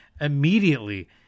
Immediately